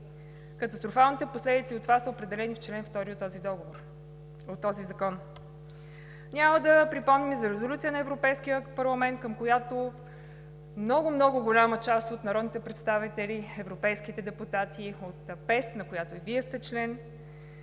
Катастрофалните последици от това са определени в чл. 2 от този закон. Няма да припомням и за резолюция на Европейския парламент, към която много, много голяма част от европейските представители, европейските депутати от ПЕС, на която и Вие сте член,